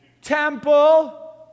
temple